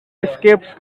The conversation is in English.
escaped